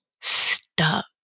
stuck